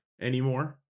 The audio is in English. anymore